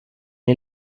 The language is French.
est